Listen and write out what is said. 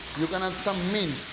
you can add some mint,